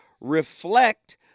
reflect